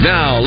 Now